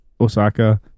Osaka